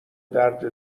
درد